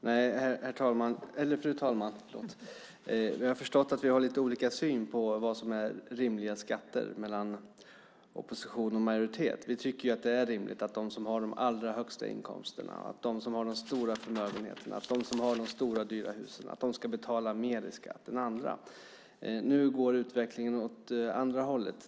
Fru talman! Jag har förstått att vi har lite olika syn, i opposition och majoritet, på vad som är rimliga skatter. Vi tycker att det är rimligt att de som har de allra högsta inkomsterna, de stora förmögenheterna och de stora dyra husen ska betala mer i skatt än andra. Nu går utvecklingen åt andra hållet.